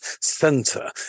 center